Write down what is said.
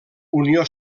unió